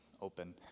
open